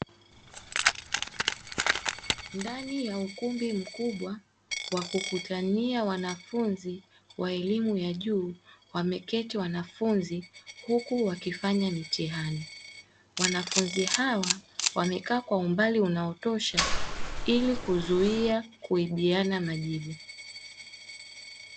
Ndani ya ukumbi mkubwa wa kukutania wanafunzi wa elimu ya juu, wameketi wanafunzi huku wakifanya mitihani wanafunzi hawa wamekaa kwa umbali unaotosha ili kuzuia kuibiana majibu.